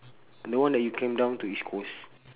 the one that you came down to east coast